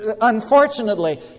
Unfortunately